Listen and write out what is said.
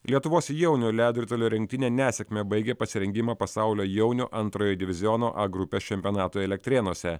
lietuvos jaunių ledo ritulio rinktinė nesėkme baigė pasirengimą pasaulio jaunių antrojo diviziono a grupės čempionatui elektrėnuose